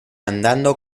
andando